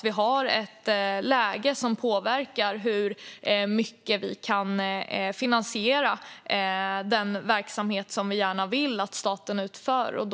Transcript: Vi har ett läge som påverkar hur mycket vi kan finansiera den verksamhet som vi vill att staten ska utföra.